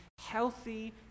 healthy